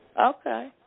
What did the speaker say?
Okay